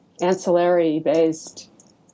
ancillary-based